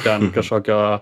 ten kašokio